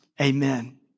amen